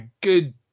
good